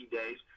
days